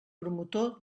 promotor